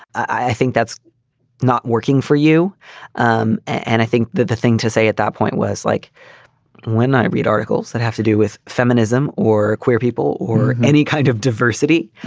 i think that's not working for you um and i think that the thing to say at that point was like when i read articles that have to do with feminism or queer people or any kind of diversity.